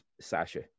Sasha